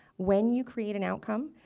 when you create an outcome,